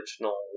original